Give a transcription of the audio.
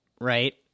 Right